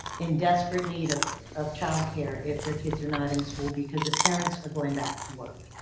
in desperate need ah of childcare if their kids are not in school because the parents are going back to work.